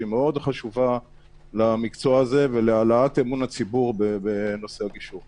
שהיא מאוד חשובה למקצוע הזה ולהעלאת אמון הציבור בנושא הגישור.